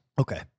Okay